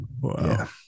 Wow